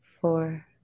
four